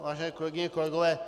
Vážené kolegyně, kolegové.